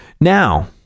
Now